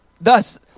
Thus